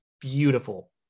beautiful